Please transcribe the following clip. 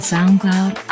SoundCloud